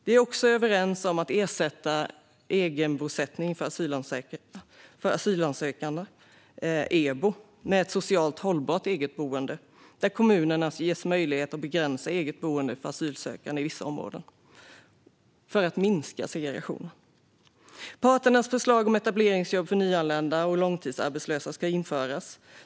Vi är också överens om att ersätta egenbosättning för asylsökande, EBO, med ett socialt hållbart eget boende, där kommunerna ges möjlighet att begränsa eget boende för asylsökande i vissa områden för att minska segregationen. Parternas förslag om etableringsjobb för nyanlända och långtidsarbetslösa ska införas.